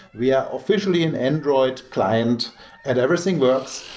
we are officially an android client and everything works.